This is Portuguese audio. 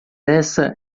essa